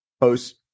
post